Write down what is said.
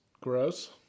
gross